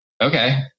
okay